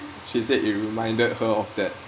she said it reminded her of that